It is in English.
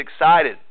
excited